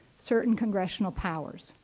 certain congressional powers,